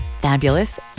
Fabulous